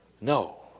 No